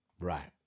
Right